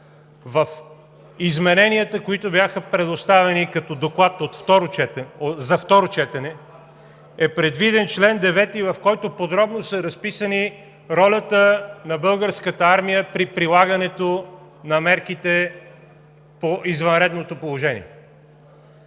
В измененията, които бяха предоставени като доклад за второ четене, е предвиден чл. 9, в който подробно е разписана ролята на Българската армия при прилагането на мерките по извънредното положение.